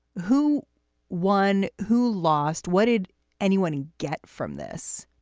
who won, who lost, what did anyone and get from this?